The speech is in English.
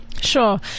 sure